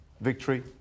victory